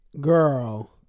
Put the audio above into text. Girl